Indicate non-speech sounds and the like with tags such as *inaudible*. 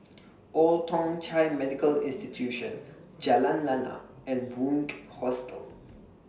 *noise* Old Thong Chai Medical Institution Jalan Lana and Bunc Hostel